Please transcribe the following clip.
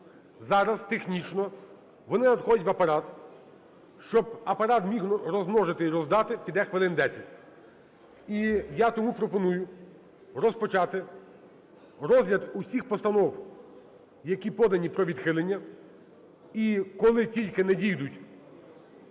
Зараз технічно вони надходять в Апарат. Щоб Апарат міг розмножити і роздати, піде хвилин 10. І я тому пропоную розпочати розгляд усіх постанов, які подані про відхилення. І коли тільки надійдуть